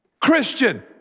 Christian